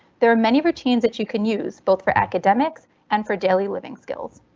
there are many routines that you can use both for academics and for daily living skills.